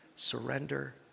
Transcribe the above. Surrender